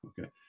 Okay